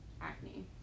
acne